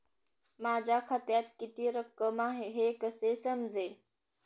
माझ्या खात्यात किती रक्कम आहे हे कसे समजेल?